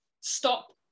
stop